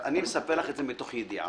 אני מספר לך את זה מתוך ידיעה.